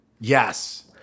Yes